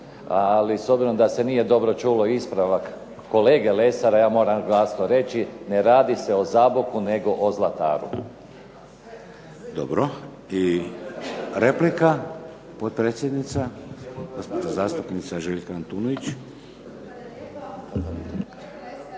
ali s obzirom da se nije dobro čulo ispravak kolege Lesara. Ja moram glasno reći, ne radi se o Zaboku nego o Zlataru. **Šeks, Vladimir (HDZ)** Dobro. I replika, potpredsjednica gospođa zastupnica Željka Antunović.